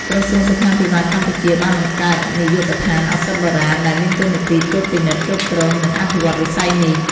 ក្រសួងសុខាភិបាលកម្ពុជា បានបង្កើត នាយកដ្ឋានឱសថបុរាណ ដែលមានតួនាទីត្រួតពិនិត្យ គ្រប់គ្រង និងអភិវឌ្ឍវិស័យនេះ។